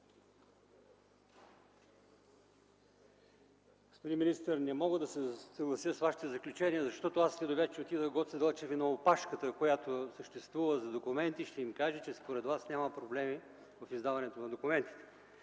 Господин министър, не мога да се съглася с Вашите заключения, защото след обяд ще отида в Гоце Делчев и на опашката, която съществува за документи, ще им кажа, че според Вас няма проблеми в издаването на документите.